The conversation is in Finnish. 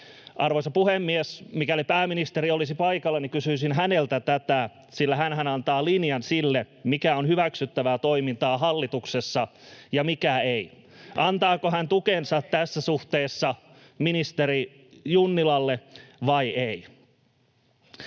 Arvoisa puhemies! Mikäli pääministeri olisi paikalla, niin kysyisin häneltä tätä, sillä hänhän antaa linjan sille, mikä on hyväksyttävää toimintaa hallituksessa ja mikä ei. [Sebastian Tynkkysen välihuuto] Antaako hän tukensa tässä suhteessa ministeri Junnilalle vai ei?